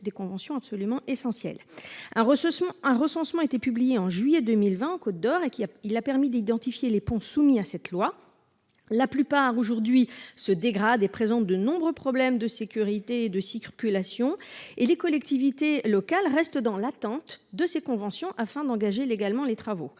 des conventions absolument essentiel. Un recensement un recensement été publié en juillet 2020 en Côte-d Or et qu'il a, il a permis d'identifier les ponts soumis à cette loi. La plupart aujourd'hui se dégradent et présente de nombreux problèmes de sécurité, de circulation et les collectivités locales restent dans l'attente de ces conventions afin d'engager légalement les travaux